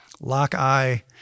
lock-eye